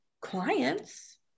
clients